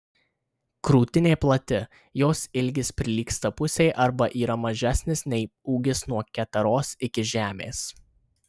krūtinė plati jos ilgis prilygsta pusei arba yra mažesnis nei ūgis nuo keteros iki žemės